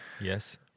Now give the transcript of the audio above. Yes